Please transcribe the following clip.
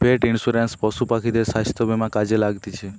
পেট insurance পশু পাখিদের স্বাস্থ্য বীমা কাজে লাগতিছে